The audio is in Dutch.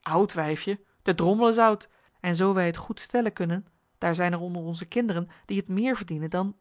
oud wijfje de drommel is oud en zoo wij het goed stellen kunnen daar zijn er onder onze kinderen die het meer verdienen dan